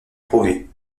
prouvé